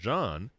John